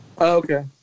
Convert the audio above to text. okay